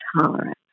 tolerance